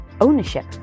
ownership